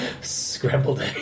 scrambled